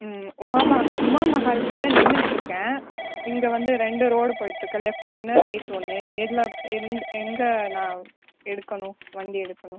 ம் உமா பா உமா மஹால் கிட்டே நின்னுட்டு இருக்கேன் இங்கே வந்து ரெண்டு ரோடு போய்ட்டு இருக்குது லெஃப்ட் ஒன்று ரைட்டு ஒன்று எதில் எந்த எங்கே நான் எடுக்கணும் வண்டியை எடுக்கணும்